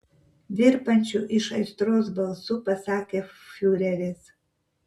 virpančiu iš aistros balsu pasakė fiureris